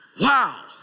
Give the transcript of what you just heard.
wow